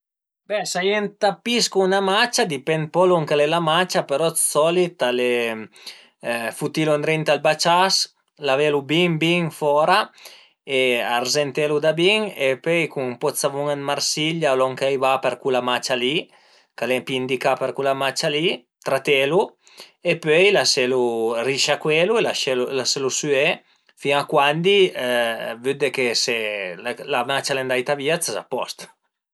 Be s'a ie ën tapis cun 'na macia a dipend ën po da lon ch'al e la macia, però d'solit al e futilu ëndrinta al bacias, lavelu bin bin fora e arzentelu da bin e pöi cun ën po dë savun dë Marsiglia o lon ch'a i va për cula macia li, ch'al e pi indicà për cula macia li, tratelu e pöi laselu, risciacuelu, laselu süé fin a cuandi vëdde che se la macia al e andaita via ses a post